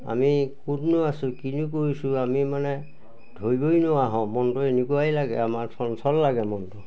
আমি ক'তনো আছোঁ কিনি কৰিছোঁ আমি মানে ধৰিবই নোৱাৰা হওঁ মনটো এনেকুৱাই লাগে আমাৰ চঞ্চল লাগে মনটো